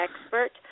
expert